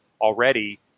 already